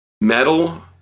metal